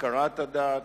הכרת הדת,